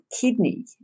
kidney